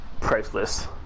priceless